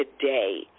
today